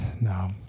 No